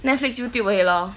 Netflix YouTube 而已 lor